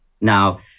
Now